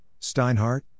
Steinhardt